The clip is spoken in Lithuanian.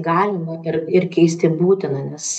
galima ir ir keisti būtina nes